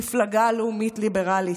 מפלגה לאומית ליברלית.